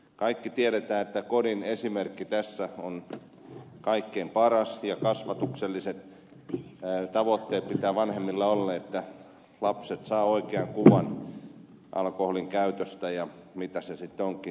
kaikki tiedämme että kodin esimerkki tässä on kaikkein paras ja vanhemmilla pitää olla kasvatukselliset tavoitteet jotta lapset saavat oikean kuvan alkoholinkäytöstä ja siitä mitä se sitten onkin